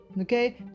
okay